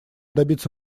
добиться